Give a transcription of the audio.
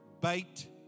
bait